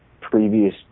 previous